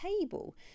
table